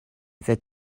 that